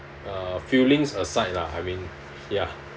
uh feelings aside lah I mean ya